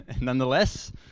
nonetheless